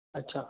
अछा